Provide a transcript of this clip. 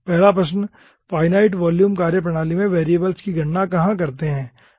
तो पहला प्रश्न फाइनाइट वॉल्यूम कार्यप्रणाली में वेरिएबल्स की गणना कहा करते है